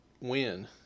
win